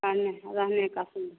आने रहने की सुविधा